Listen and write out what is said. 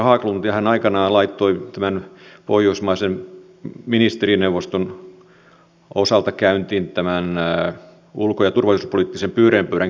hän aikanaan laittoi pohjoismaiden ministerineuvoston osalta käyntiin nämä ulko ja turvallisuuspoliittiset pyöreän pöydän keskustelut